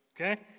okay